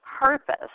purpose